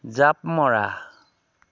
জাপ মৰা